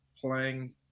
playing